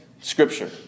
scripture